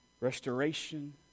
restoration